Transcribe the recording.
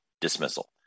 dismissal